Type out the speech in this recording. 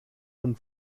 und